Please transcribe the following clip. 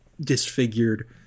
disfigured